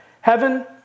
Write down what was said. heaven